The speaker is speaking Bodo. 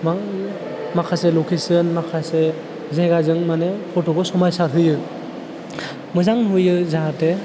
गोबां माखासे लकेशन माखासे जायगाजों माने फट'खौ समायसारहोयो मोजां नुहोयो जाहाथे